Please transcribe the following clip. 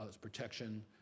protection